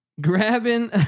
Grabbing